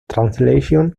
translation